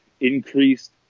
increased